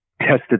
tested